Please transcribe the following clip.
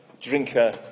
drinker